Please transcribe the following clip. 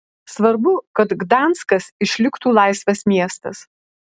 svarbu kad gdanskas išliktų laisvas miestas